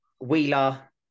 Wheeler